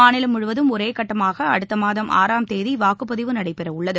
மாநிலம் முழுவதும் ஒரே கட்டமாக அடுத்த மாதம் ஆறாம் தேதி வாக்குப்பதிவு நடைபெற உள்ளது